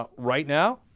ah right now?